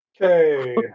Okay